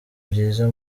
byiza